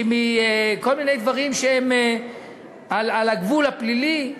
מכל מיני דברים שהם על גבול הפלילי?